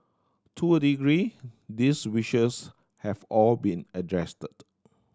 to a degree these wishes have all been addressed